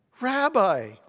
Rabbi